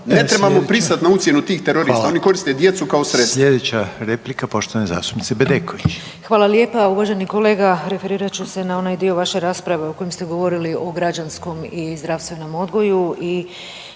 Ne trebamo pristati na ucjenu tih terorista. Oni koriste djecu kao sredstvo./…